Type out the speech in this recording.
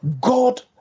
God